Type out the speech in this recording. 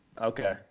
Okay